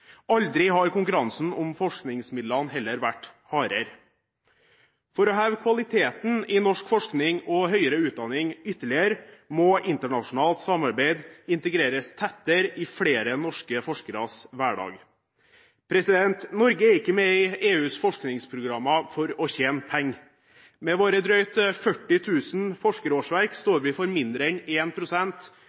Aldri har konkurransen om forskningsmidlene heller vært hardere. For å heve kvaliteten i norsk forskning og høyere utdanning ytterligere må internasjonalt samarbeid integreres tettere i flere i norske forskeres hverdag. Norge er ikke med i EUs forskningsprogrammer for å tjene penger. Med våre drøyt 40 000 forskerårsverk står vi for mindre enn en